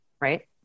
right